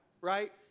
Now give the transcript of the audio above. right